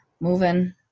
moving